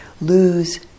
lose